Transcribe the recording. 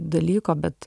dalyko bet